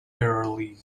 early